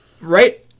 Right